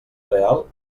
real